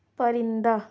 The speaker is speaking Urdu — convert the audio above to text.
پرندہ